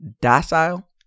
docile